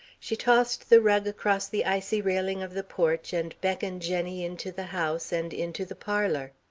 she tossed the rug across the icy railing of the porch and beckoned jenny into the house, and into the parlour.